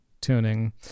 tuning